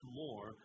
more